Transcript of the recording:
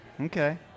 Okay